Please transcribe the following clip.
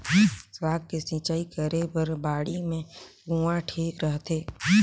साग के सिंचाई करे बर बाड़ी मे कुआँ ठीक रहथे?